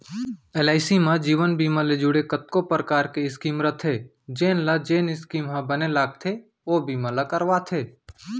LIC म जीवन बीमा ले जुड़े कतको परकार के स्कीम रथे जेन ल जेन स्कीम ह बने लागथे ओ बीमा ल करवाथे